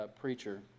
preacher